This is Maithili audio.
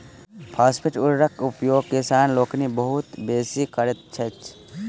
फास्फेट उर्वरकक उपयोग किसान लोकनि बहुत बेसी करैत छथि